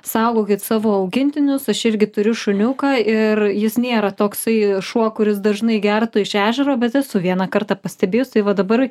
saugokit savo augintinius aš irgi turiu šuniuką ir jis nėra toksai šuo kuris dažnai gertų iš ežero bet esu vieną kartą pastebėjus tai va dabar